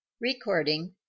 Recording